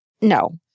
No